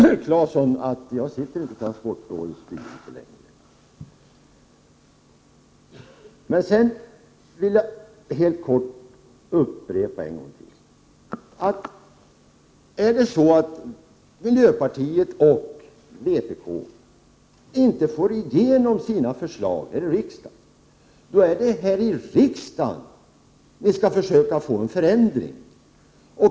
Herr talman! Jag kan upplysa Viola Claesson om att jag inte längre sitter i transportrådets styrelse. Sedan vill jag helt kort upprepa en gång till, att är det så att miljöpartiet och vpk inte får igenom sina förslag här i riksdagen så är det här i riksdagen ni skall försöka få en förändring till stånd.